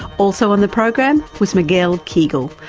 also on the program was miguel kiguel,